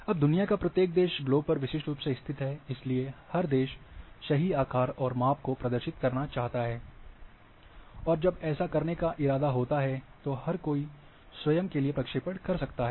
अब दुनिया का प्रत्येक देश ग्लोब पर विशिष्ट रूप से स्थित है इसलिए हर देश सही आकार और माप को प्रदर्शित करना चाहता है और जब ऐसा करने का इरादा होता है तो हर कोई स्वयं के लिए प्रक्षेपण कर सकता है